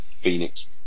Phoenix